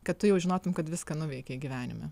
kad tu jau žinotum kad viską nuveikei gyvenime